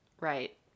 Right